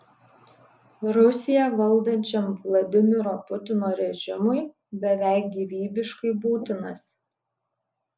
rusiją valdančiam vladimiro putino režimui beveik gyvybiškai būtinas